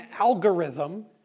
algorithm